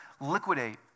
liquidate